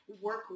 work